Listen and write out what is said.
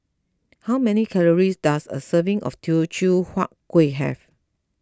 how many calories does a serving of Teochew Huat Kueh have